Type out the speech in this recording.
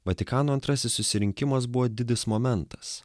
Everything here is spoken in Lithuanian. vatikano antrasis susirinkimas buvo didis momentas